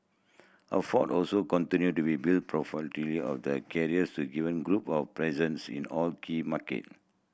also continue to be build of the carriers to given group a presence in all key market